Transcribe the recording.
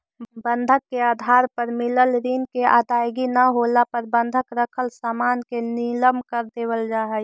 बंधक के आधार पर मिलल ऋण के अदायगी न होला पर बंधक रखल सामान के नीलम कर देवल जा हई